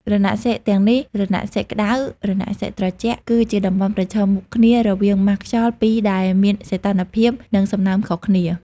រណសិរ្សទាំងនេះ រណសិរ្សក្តៅ រណសិរ្សត្រជាក់ គឺជាតំបន់ប្រឈមមុខគ្នារវាងម៉ាស់ខ្យល់ពីរដែលមានសីតុណ្ហភាព និងសំណើមខុសគ្នា។